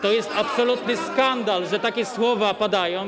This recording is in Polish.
To jest absolutny skandal, że takie słowa padają.